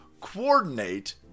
coordinate